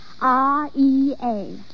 R-E-A